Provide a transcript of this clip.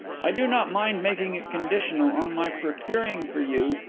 i do not mind making it conditional on my procuring for you,